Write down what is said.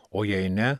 o jei ne